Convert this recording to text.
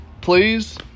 Please